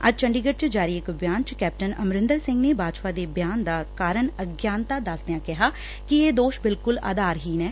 ਅੱਜ ਚੰਡੀਗੜ ਚ ਜਾਰੀ ਇਕ ਬਿਆਨ ਚ ਕੈਪਟਨ ਅਮਰਿੰਦਰ ਸਿੰਘ ਨੇ ਬਾਜਵਾ ਦੇ ਬਿਆਨ ਦਾ ਕਾਰਨ ਅਗਿਆਨਤਾ ਦਸਦਿਆ ਕਿਹੈ ਕਿ ਇਹ ਦੋਸ਼ ਬਿਲਕੁਲ ਆਧਾਰਹੀਣ ਐ